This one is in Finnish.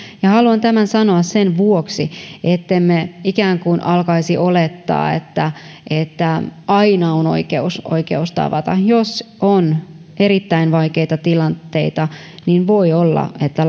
haluan tämän sanoa sen vuoksi ettemme ikään kuin alkaisi olettaa että että aina on oikeus oikeus tavata jos on erittäin vaikeita tilanteita niin voi olla että